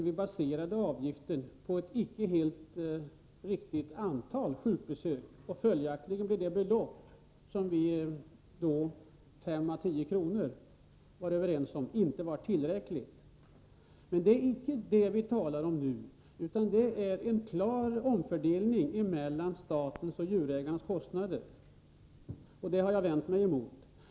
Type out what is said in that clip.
Vi baserade avgiften på ett icke helt riktigt beräknat antal sjukbesök, och följaktligen var inte det belopp, 5 å 10 kr., som vi var överens om tillräckligt. Men det är inte detta som vi talar om i dag, utan det gäller en omfördelning mellan statens och djurägarnas kostnader, och det har jag vänt mig emot.